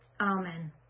Amen